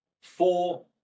four